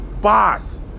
Boss